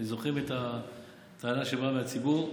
אתם זוכרים את הטענה שבאה מהציבור?